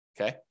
Okay